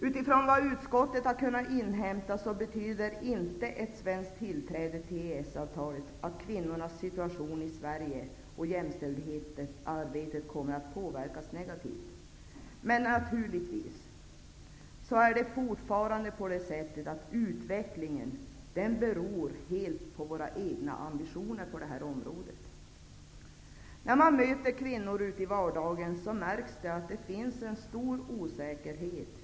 Utifrån vad utskottet har kunnat inhämta betyder inte ett svenskt tillträde till EES-avtalet att kvinnornas situation i Sverige och jämställdhetsarbetet kommer att påverkas negativt. Men naturligtvis är det fortfarande på det sättet att utvecklingen beror helt på våra egna ambitioner på området. När man möter kvinnor ute i vardagen, märks det att det finns en stor osäkerhet.